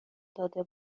داده